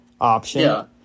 option